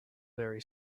very